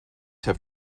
have